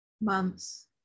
months